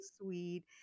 sweet